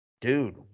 dude